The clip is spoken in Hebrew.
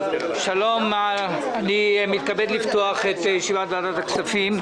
אני מתכבד לפתוח את ישיבת ועדת הכספים.